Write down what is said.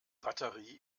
batterie